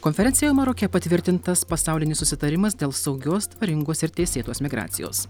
konferencijoje maroke patvirtintas pasaulinis susitarimas dėl saugios tvarkingos ir teisėtos migracijos